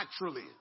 naturally